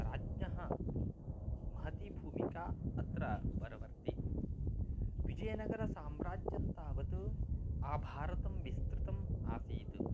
राज्ञः महती भूमिका अत्र वर्वत्री विजयनगरसाम्राज्यं तावत् आभारतं विस्तृतम् आसीत्